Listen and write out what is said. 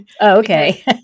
Okay